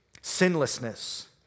sinlessness